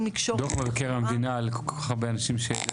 לקשור --- דוח מבקר המדינה על כל כך הרבה אנשים,